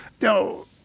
no